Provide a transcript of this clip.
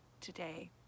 today